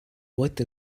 what